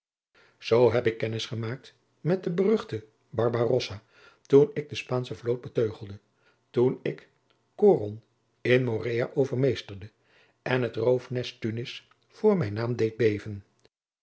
zoo heb ik kennis gemaakt met den beruchten barbarossa toen ik de spaansche vloot beteugelde toen ik coron in morea overmeesterde en het roofnest tunis voor mijn naam deed beven